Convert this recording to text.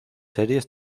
series